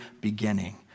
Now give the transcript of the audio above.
beginning